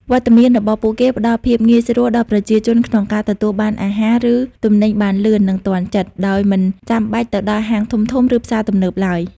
វត្តមានរបស់ពួកគេផ្តល់ភាពងាយស្រួលដល់ប្រជាជនក្នុងការទទួលបានអាហារ ឬទំនិញបានលឿន និងទាន់ចិត្ត ដោយមិនចាំបាច់ទៅដល់ហាងធំៗ ឬផ្សារទំនើបឡើយ ។